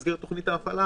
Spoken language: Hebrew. במסגרת תוכנית ההפעלה,